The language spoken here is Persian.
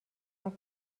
رفت